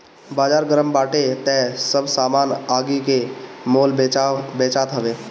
बाजार गरम बाटे तअ सब सामान आगि के मोल बेचात हवे